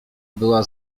była